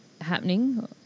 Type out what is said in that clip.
happening